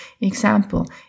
Example